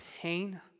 pain